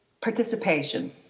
participation